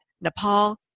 Nepal